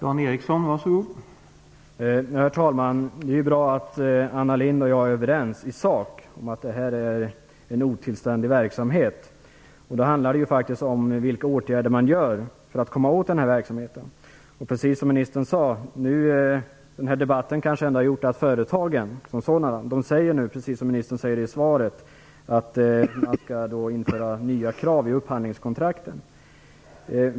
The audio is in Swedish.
Herr talman! Det är ju bra att Anna Lindh och jag är överens i sak om att det är fråga om en otillständig verksamhet. Men det handlar också om vilka åtgärder som man vidtar för att komma åt denna verksamhet. Som ministern sade har denna debatt kanske ändå lett till att företagen nu säger, precis som ministern gör i svaret, att nya krav skall införas i upphandlingskontrakten.